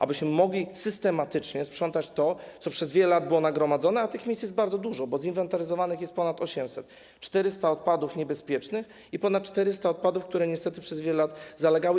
Abyśmy mogli systematycznie sprzątać to, co przez wiele lat było nagromadzone, a tych miejsc jest bardzo dużo, bo zinwentaryzowanych jest ponad 800–400 odpadów niebezpiecznych i ponad 400 odpadów, które przez wiele lat zalegały.